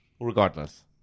Regardless